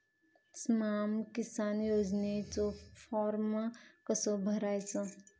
स्माम किसान योजनेचो फॉर्म कसो भरायचो?